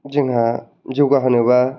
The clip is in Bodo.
जोंहा जौगाहोनोबा